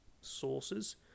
sources